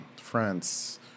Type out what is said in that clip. France